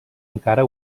encara